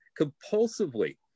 compulsively